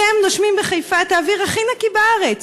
אתם נושמים בחיפה את האוויר הכי נקי בארץ,